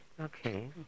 Okay